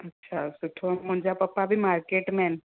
अच्छा सुठो आहे मुंहिंजा पपा बि मार्केट में आहिनि